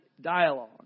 dialogue